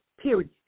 period